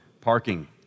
Parking